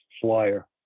flyer